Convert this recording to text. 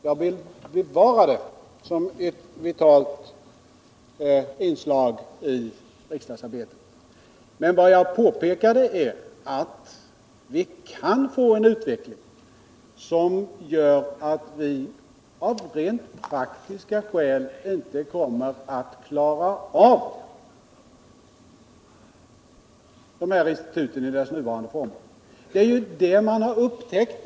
Jag vill bevara det som ett vitalt inslag i riksdagsarbetet. Vad jag påpekade var att frågeoch interpellationsinstitutet kan få en sådan utveckling att vi av rent praktiska skäl inte klarar av det i dess nuvarande former.